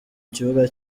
kibuga